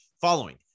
following